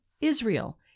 Israel